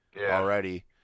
already